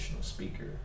speaker